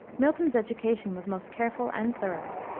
milton's education was most careful and thorough.